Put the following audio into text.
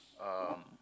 um